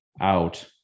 out